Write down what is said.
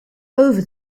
over